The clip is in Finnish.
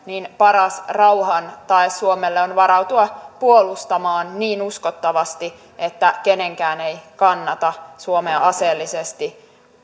niin paras rauhan tae suomelle on varautua puolustamaan niin uskottavasti että kenenkään ei kannata suomea aseellisesti